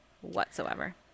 whatsoever